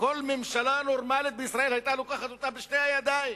שכל ממשלה נורמלית בישראל היתה לוקחת אותה בשתי ידיים,